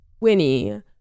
Winnie